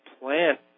plant